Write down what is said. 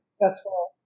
successful